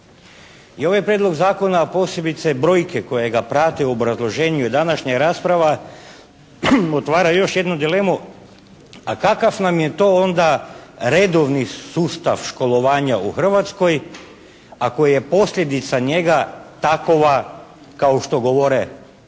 I ovaj prijedlog zakona, a posebice brojke koje ga prate u obrazloženju je današnja rasprava otvara još jednu dilemu, a kakav nam je to onda redovni sustav školovanja u Hrvatskoj ako je posljedica njega takova kao što govore brojke